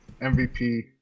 MVP